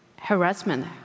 harassment